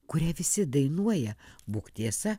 kurią visi dainuoja būk tiesa